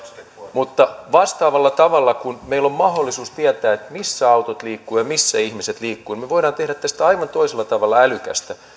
mutta vastaavalla tavalla kun nyt meillä on mahdollisuus tietää missä autot liikkuvat ja missä ihmiset liikkuvat ja me voimme tehdä tästä aivan toisella tavalla älykästä